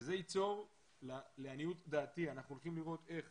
וזה ייצור לעניות דעתי, אנחנו הולכים לראות איך